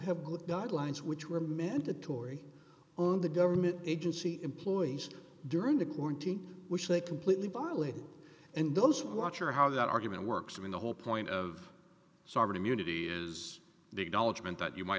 have guidelines which were mandatory on the government agency employees during the quarantine which they completely barly and those who watch or how that argument works i mean the whole point of sovereign immunity is big knowledge meant that you might